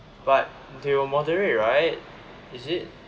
but they will moderate right is it